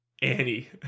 Annie